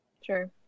Sure